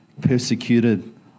persecuted